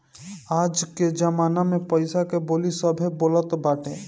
आज कअ जमाना में पईसा के बोली सभे बोलत बाटे